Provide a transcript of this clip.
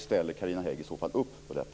Ställer Carina Hägg i så fall upp på detta?